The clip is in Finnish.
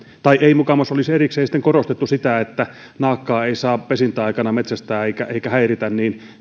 tai ei mukamas olisi erikseen korostettu sitä että naakkaa ei saa pesintäaikana metsästää eikä häiritä